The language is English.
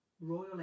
royal